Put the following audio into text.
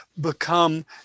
become